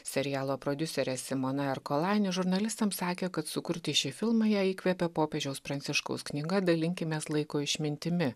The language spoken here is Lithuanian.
serialo prodiuserė simona erkolain žurnalistams sakė kad sukurti šį filmą ją įkvėpė popiežiaus pranciškaus knyga dalinkimės laiko išmintimi